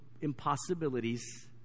impossibilities